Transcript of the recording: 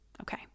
Okay